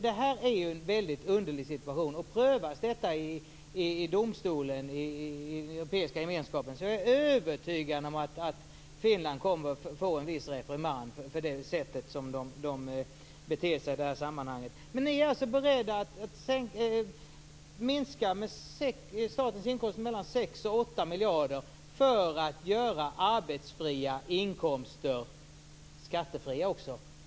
Det här är en väldigt underlig situation. Prövas detta i EG-domstolen, är jag övertygad om att Finland kommer att få en viss reprimand för det sätt som de beter sig på i det här sammanhanget. Ni är alltså beredda att minska statens inkomster mellan 6 och 8 miljarder för att göra arbetsfria inkomster skattefria också.